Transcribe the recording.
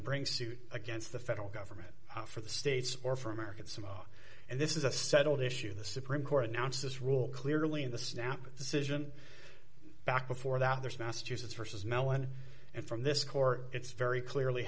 bring suit against the federal government for the states or for american samoa and this is a settled issue the supreme court announced this rule clearly in the snap decision back before that there's massachusetts versus mellon and from this court it's very clearly